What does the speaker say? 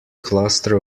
cluster